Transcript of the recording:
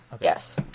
Yes